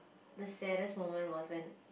the saddest moment was when